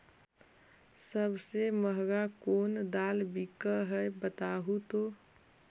सबसे महंगा कोन दाल बिक है बताहु तो?